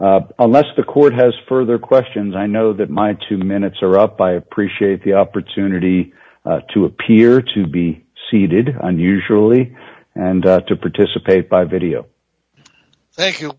unless the court has further questions i know that my two minutes are up by appreciate the opportunity to appear to be seated unusually and to participate by video thank you